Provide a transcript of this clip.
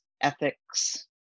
ethics